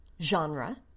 genre